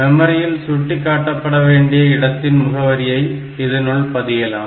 மெமரியில் சுட்டிக் காட்டப்பட வேண்டிய இடத்தின் முகவரியை இதனுள் பதியலாம்